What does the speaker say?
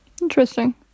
Interesting